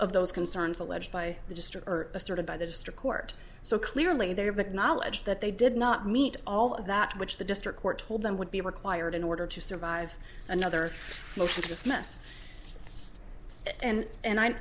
of those concerns alleged by the district or asserted by the district court so clearly they have that knowledge that they did not meet all of that which the district court told them would be required in order to survive another most of this mess and and i